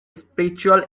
spiritual